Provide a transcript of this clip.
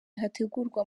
hategurwa